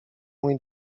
mój